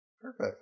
Perfect